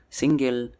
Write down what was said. single